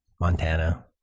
Montana